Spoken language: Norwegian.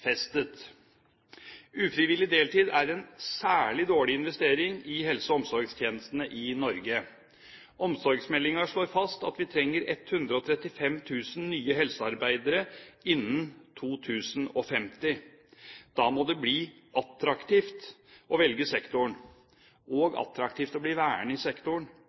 deltid er en særlig dårlig investering i helse- og omsorgstjenestene i Norge. Omsorgsmeldinga slår fast at vi trenger 135 000 nye helsearbeidere innen 2050. Da må det bli attraktivt å velge sektoren – og å bli værende i